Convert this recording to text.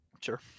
Sure